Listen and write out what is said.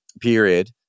period